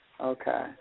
Okay